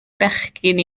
bechgyn